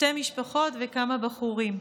שתי משפחות וכמה בחורים.